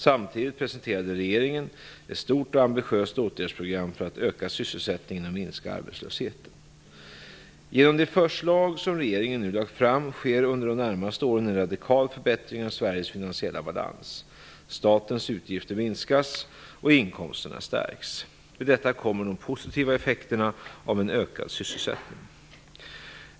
Samtidigt presenterade regeringen ett stort och ambitiöst åtgärdsprogram för att öka sysselsättningen och minska arbetslösheten. Genom de förslag som regeringen nu lagt fram sker under de närmaste åren en radikal förbättring av Sveriges finansiella balans. Statens utgifter minskas, och inkomsterna stärks. Till detta kommer de positiva effekterna av en ökad sysselsättning.